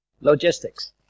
Logistics